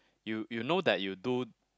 you you know that you do